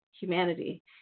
Humanity